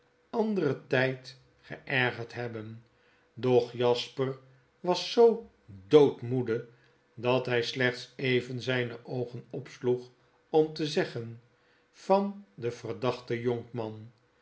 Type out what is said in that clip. anderen tgd geergerd hebben doch jasper was zoo doodmoede dat hij slechts even zyne oogen opsloeg om te zeggen van den verdachten jonkman